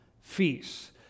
feasts